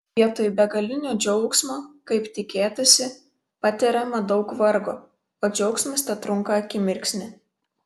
vietoj begalinio džiaugsmo kaip tikėtasi patiriama daug vargo o džiaugsmas tetrunka akimirksnį